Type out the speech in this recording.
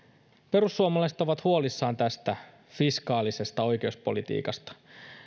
perussuomalaiset ovat huolissaan tästä fiskaalisesta oikeuspolitiikasta